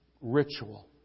ritual